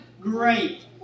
great